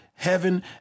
Heaven